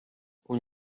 اون